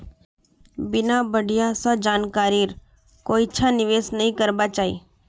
बिना बढ़िया स जानकारीर कोइछा निवेश नइ करबा चाई